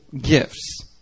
gifts